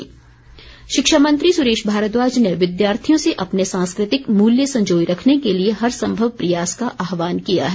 मारद्वाज शिक्षा मंत्री सुरेश भारद्वाज ने विद्यार्थियों से अपने सांस्कृतिक मूल्य संजोए रखने के लिए हरसंभव प्रयास का आह्वान किया है